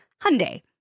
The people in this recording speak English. Hyundai